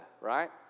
right